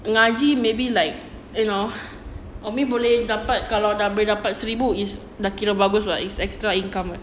ngaji maybe like you know umi boleh dapat kalau dah boleh dapat seribu is dah kira bagus [what] it's extra income [what]